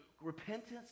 repentance